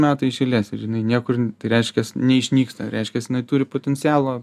metai iš eilės ir jinai niekur reiškias neišnyksta reiškias jinai turi potencialo